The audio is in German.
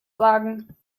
sagen